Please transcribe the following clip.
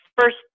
first